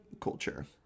culture